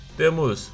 temos